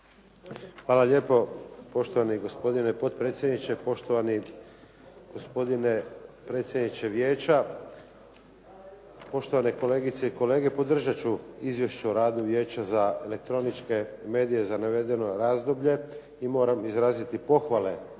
Hvala lijepo. Poštovani gospodine potpredsjedniče, poštovani gospodine predsjedniče vijeća, poštovane kolegice i kolege. Podržati ću Izvješće o radu Vijeća za elektroničke medije za navedeno razdoblje i moram izraziti pohvale